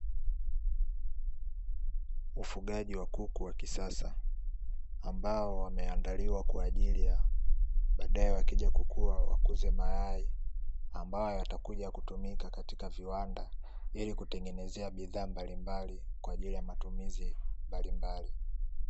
Ufugaji wa kuku wa kisasa ambao wameandaliwa kwa ajili ya baadaye wakija kukuwa wakuze mayai, ambayo yatakuja kutumika katika viwanda ili kutengeneza bidhaa mbalimbali kwa ajili ya matumizi mbalimbali.